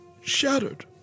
Shattered